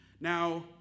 Now